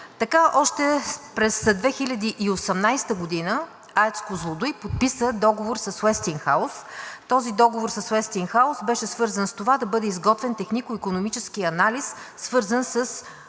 Така още през 2018 г. АЕЦ „Козлодуй“ подписа договор с „Уестингхаус“. Този договор с „Уестингхаус“ беше свързан с това да бъде изготвен технико-икономически анализ, свързан с